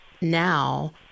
Now